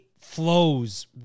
flows